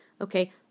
Okay